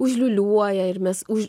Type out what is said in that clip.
užliūliuoja ir mes už